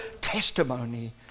testimony